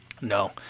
No